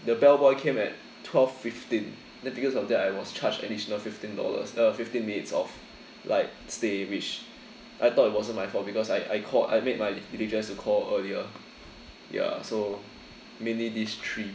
the bell boy came at twelve fifteen then because of that I was charged additional fifteen dollars uh fifteen minutes of like stay which I thought it wasn't my fault because I I called I made my diligence to call earlier ya so mainly these three